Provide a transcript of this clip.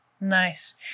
Nice